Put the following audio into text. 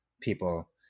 people